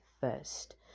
first